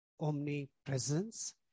omnipresence